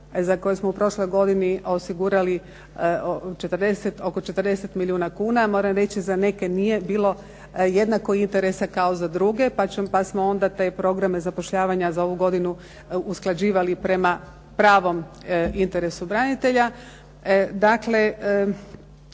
za koje smo u prošloj godini osigurali oko 40 milijuna kuna. Moram reći za neke nije bilo jednako interesa kao za druge, pa smo onda te programe zapošljavanja za ovu godinu usklađivali prema pravom interesu branitelja. Dakle,